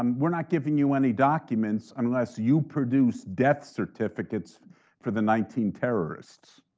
um we're not giving you any documents unless you produce death certificates for the nineteen terrorists.